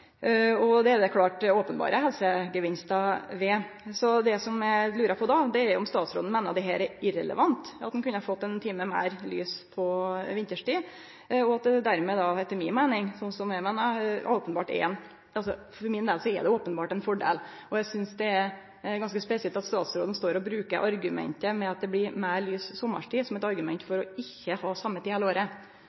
det er i dag. Det er det klart openberre helsegevinstar ved. Det eg då lurer på, er om statsråden meiner det er irrelevant at ein kunne fått ein time meir lys vinterstid. For min del er det openbert ein fordel. Eg synest det er ganske spesielt at statsråden står og bruker argumentet med at det blir meir lys sommartid, som eit argument for ikkje å ha same tid